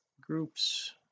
groups